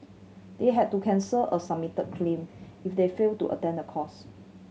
they had to cancel a submitted claim if they failed to attend the course